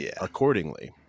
accordingly